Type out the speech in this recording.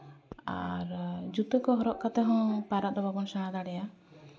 ᱟᱨ ᱡᱩᱛᱟᱹ ᱠᱚ ᱦᱚᱨᱚᱜ ᱠᱟᱛᱮᱫ ᱦᱚᱸ ᱯᱟᱭᱨᱟ ᱫᱚ ᱵᱟᱵᱚᱱ ᱥᱮᱬᱟ ᱫᱟᱲᱮᱭᱟᱜᱼᱟ